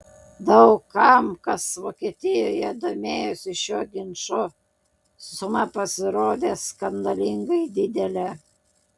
daug kam kas vokietijoje domėjosi šiuo ginču suma pasirodė skandalingai didelė